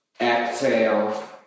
Exhale